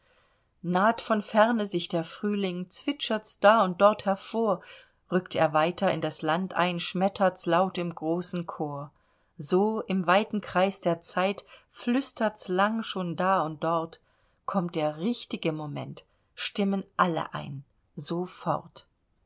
naht von ferne sich der frühling zwitschert's da und dort hervor rückt er weiter in das land ein schmettert's laut im großen chor so im weiten kreis der zeit flüstert's lang schon da und dort kommt der richtige moment stimmen alle ein sofort